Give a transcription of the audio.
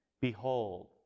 Behold